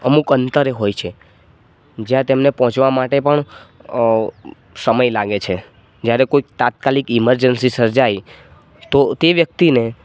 અમુક અંતરે હોય છે જ્યાં તેમને પહોંચવા માટે પણ સમય લાગે છે જ્યારે કોઈ તાત્કાલિક ઇમરજન્સી સર્જાય તો તે વ્યક્તિને